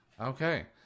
Okay